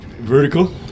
vertical